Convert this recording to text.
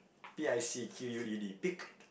P_I_C_Q_U_E_D picqued